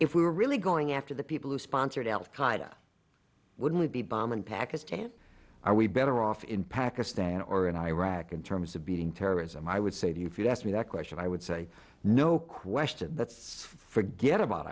if we were really going after the people who sponsored al qaida would we be bombing pakistan are we better off in pakistan or in iraq in terms of being terrorism i would say to you if you asked me that question i would say no question let's forget about